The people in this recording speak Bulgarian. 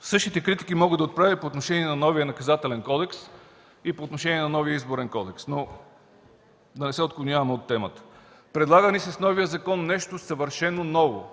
Същите критики мога да отправя и по отношение на новия Наказателен кодекс, и по отношение на новия Изборен кодекс, но да не се отклоняваме от темата. Предлага ни се с новия закон нещо съвършено ново.